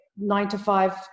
nine-to-five